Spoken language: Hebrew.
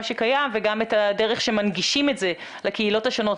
שקיים וגם את הדרך שמנגישים את זה לקהילות השונות,